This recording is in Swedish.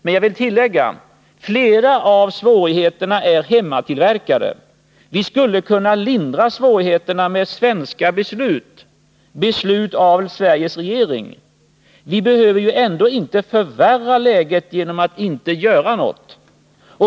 Men jag vill tillägga: flera av svårigheterna är hemmatillverkade. Vi skulle kunna lindra svårigheterna med svenska beslut — beslut av Sveriges regering. Vi behöver ju ändå inte förvärra läget genom att inte göra något.